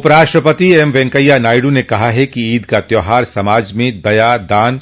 उपराष्ट्रपति एम वैंकेया नायडू ने कहा कि ईद का त्यौहार समाज में दया दान